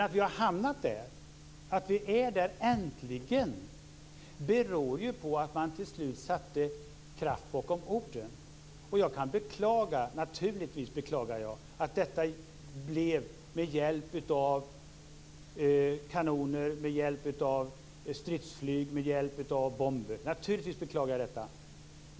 Att vi har hamnat där - att vi äntligen är där - beror ju på att man till slut satte kraft bakom orden. Jag beklagar naturligtvis att det blev så här med hjälp av kanoner, stridsflyg och bomber.